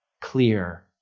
clear